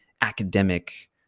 academic